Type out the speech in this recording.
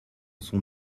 sont